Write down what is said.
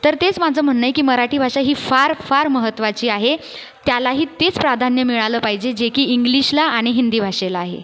तर तेच माझं म्हणणं आहे की मराठी भाषा ही फार फार महत्वाची आहे त्यालाही तेच प्राधान्य मिळालं पाहिजे जे की इंग्लिशला आणि हिंदी भाषेला आहे